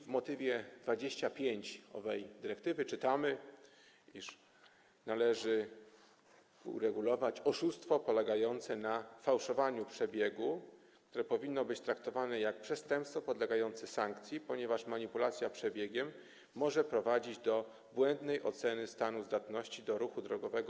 W motywie 25. owej dyrektywy czytamy, iż należy uregulować oszustwo polegające na fałszowaniu przebiegu, które powinno być traktowane jak przestępstwo podlegające sankcji, ponieważ manipulacja przebiegiem może prowadzić do błędnej oceny stanu zdatności pojazdu do ruchu drogowego.